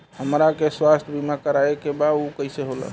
हमरा के स्वास्थ्य बीमा कराए के बा उ कईसे होला?